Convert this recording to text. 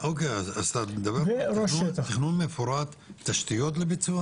ו --- אז אתה מדבר על תכנון מפורט תשתיות לביצוע?